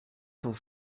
cent